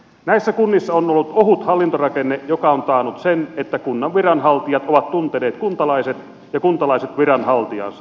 näissä kunnissa on ollut ohut hallintorakenne joka on taannut sen että kunnan viranhaltijat ovat tunteneet kuntalaiset ja kuntalaiset viranhaltijansa